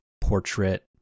portrait